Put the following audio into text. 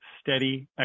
steady